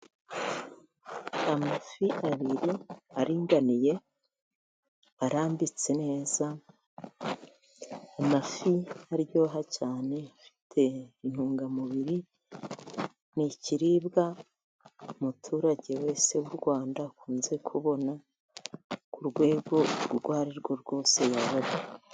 Amafi abiri aringaniye arambitse neza. Amafi aryoha cyane afite intungamubiri. Ni ikiribwa umuturage wese w'u Rwanda akunze kubona, ku rwego urwo ari rwo rwose yaba ariho.